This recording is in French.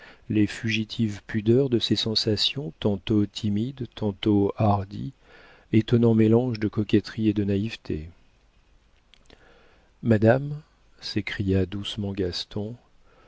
les fugitives pudeurs de ses sensations tantôt timides tantôt hardies étonnant mélange de coquetterie et de naïveté madame s'écria doucement gaston